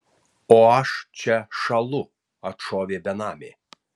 o aš čia šąlu atšovė benamė